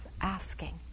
asking